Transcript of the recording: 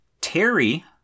Terry